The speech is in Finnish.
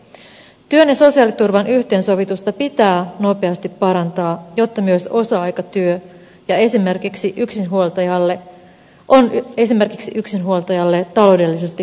työn ja sosiaaliturvan yhteensovitusta pitää nopeasti parantaa jotta myös osa aikatyö on esimerkiksi yksinhuoltajalle taloudellisesti kannattavaa